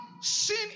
sin